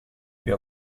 più